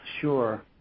Sure